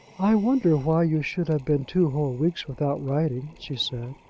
i wonder why you should have been two whole weeks without writing, she said.